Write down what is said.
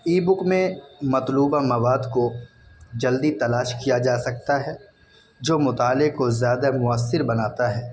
ای book میں مطلوبہ مواد کو جلدی تلاش کیا جا سکتا ہے جو مطالعے کو زیادہ مؤثر بناتا ہے